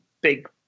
big